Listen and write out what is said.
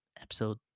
Episode